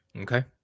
Okay